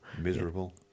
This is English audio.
miserable